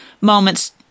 moments